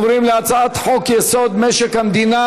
60 בעד, 40 נגד,